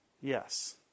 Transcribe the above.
Yes